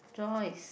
Joyce